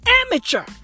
amateur